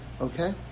Okay